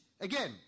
Again